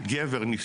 הורים.